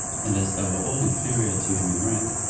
and as they were all inferior to him in rank,